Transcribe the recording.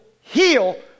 heal